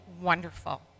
wonderful